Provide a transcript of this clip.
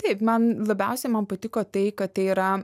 taip man labiausiai man patiko tai kad tai yra